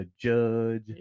judge